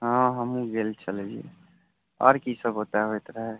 हँ हमहुँ गेल छलियै आओर की सभ ओतऽ होइत रहै